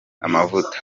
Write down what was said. amavuta